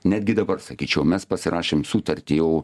netgi dabar sakyčiau mes pasirašėm sutartį jau